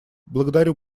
благодарю